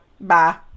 Bye